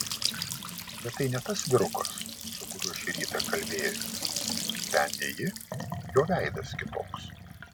bet tai ne tas vyrukas su kuriuo šį rytą kalbėjomės nusprendė ji jo veidas kitoks